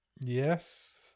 Yes